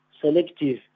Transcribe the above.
selective